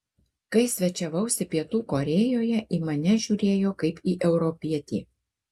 kai svečiavausi pietų korėjoje į mane žiūrėjo kaip į europietį